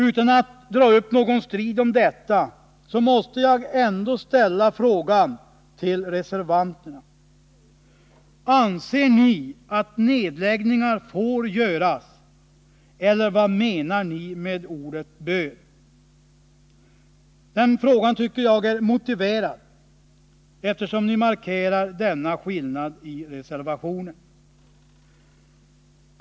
Utan att dra upp någon strid om detta, måste jag ändå ställa frågan till reservanterna: Anser ni att nedläggningar får ske eller vad menar ni med ordet bör? Den frågan tycker jag är motiverad, eftersom ni markerar denna skillnad i reservationen.